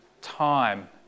time